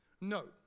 No